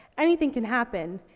anything can happen.